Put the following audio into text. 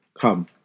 Come